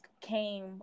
came